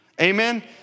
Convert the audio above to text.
Amen